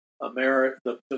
America